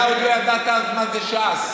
אתה עוד לא ידעת אז מה זה ש"ס.